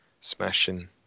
smashing